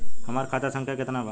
हमार खाता संख्या केतना बा?